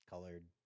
colored